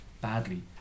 badly